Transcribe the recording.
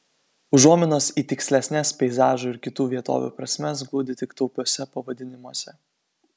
užuominos į tikslesnes peizažų ir kitų vietovių prasmes glūdi tik taupiuose pavadinimuose